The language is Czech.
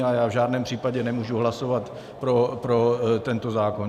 A já v žádném případě nemůžu hlasovat pro tento zákon.